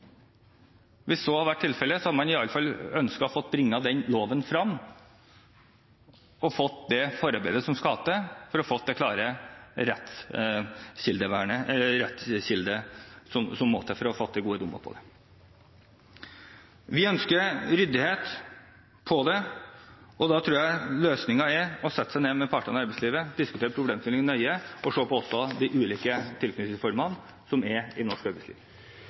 Hvis så hadde vært tilfellet, hadde man i alle fall ønsket å bringe den loven frem, og fått det forarbeidet som skal til for å få til klare rettskilder, som må til for å få til gode dommer på det. Vi ønsker ryddighet. Da tror jeg løsningen er å sette seg ned med partene i arbeidslivet og diskutere problemstillingene nøye, og også se på de ulike tilknytningsformene som er i norsk arbeidsliv.